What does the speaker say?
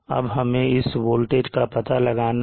अब हमें इस वोल्टेज का पता लगाना है